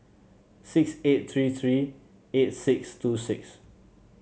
six eight three three eight six two six